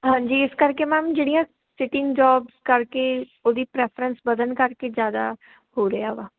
ਹਾਂਜੀ ਇਸ ਕਰਕੇ ਮੈਮ ਜਿਹੜੀਆਂ ਸਿਟਿੰਗ ਜੋਬਸ ਕਰਕੇ ਉਹਦੀ ਪ੍ਰੈਫਰੈਂਸ ਵਧਨ ਕਰਕੇ ਜ਼ਿਆਦਾ ਹੋ ਰਿਹਾ ਵਾ